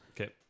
Okay